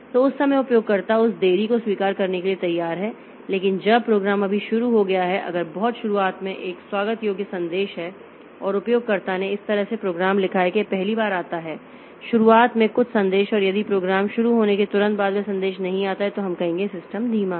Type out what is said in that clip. तो उस समय उपयोगकर्ता उस देरी को स्वीकार करने के लिए तैयार है लेकिन जब प्रोग्राम अभी शुरू हो गया है अगर बहुत शुरुआत में एक स्वागत योग्य संदेश है और उपयोगकर्ता ने इस तरह से प्रोग्राम लिखा है कि यह पहली बार आता है शुरुआत में कुछ संदेश और यदि प्रोग्राम शुरू होने के तुरंत बाद वह संदेश नहीं आता है तो हम कहेंगे कि सिस्टम धीमा है